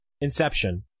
Inception